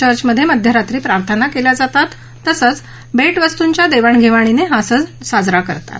चर्चमध्ये मध्यरात्री प्रार्थना केल्या जातात तसंच भेटवस्तूंच्या देवाण घेवाणीने हा सण साजरा करतात